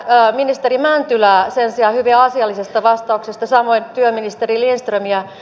kiitän ministeri mäntylää sen sijaan hyvin asiallisesta vastauksesta samoin työministeri lindströmiä